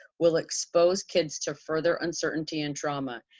will expose kids to further uncertainty and trauma.